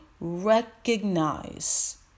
recognize